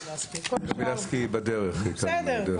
בבקשה.